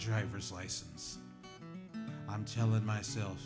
driver's license i'm telling myself